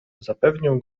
zapewnił